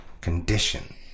condition